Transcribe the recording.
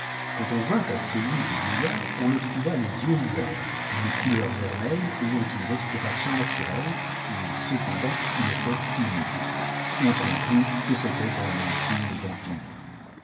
quand on vint à celui du vieillard on le trouva les yeux oiwerts d'une couleur vermeille ayant une respiration naturelle et cependant il était immobile on conclut que c'était un insigne vampire